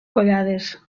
collades